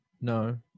No